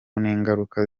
n’ingaruka